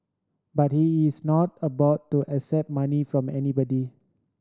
but he is not about to accept money from anybody